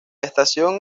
estación